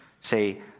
Say